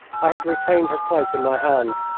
i had retained her cloak in my hands,